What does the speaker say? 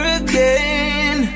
again